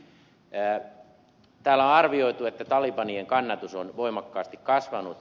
täällä on arvioitu että talibanien kannatus on voimakkaasti kasvanut